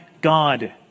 God